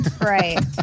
Right